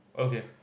okay